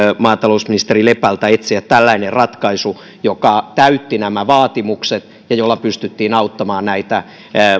maatalousministeri lepältä etsiä tällainen ratkaisu joka täytti nämä vaatimukset ja jolla pystyttiin auttamaan näitä